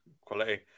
quality